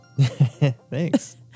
Thanks